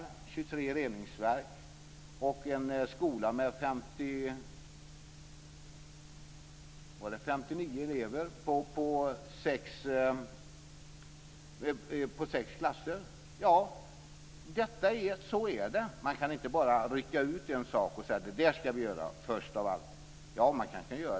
Där finns 23 reningsverk och en skola med 59 elever uppdelade på sex klasser. Så är det. Man kan inte bara rycka ut en sak och säga att det ska vi göra först av allt.